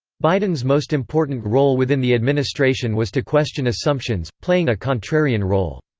biden's most important role within the administration was to question assumptions, playing a contrarian role.